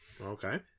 Okay